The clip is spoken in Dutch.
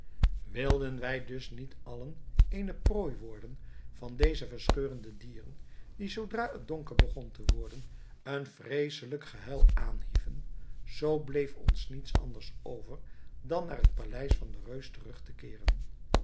wilden wij dus niet allen eene prooi worden van deze verscheurende dieren die zoodra het donker begon te worden een vreeselijk gehuil aanhieven zoo bleef ons niets anders over dan naar het paleis van den reus terug te keeren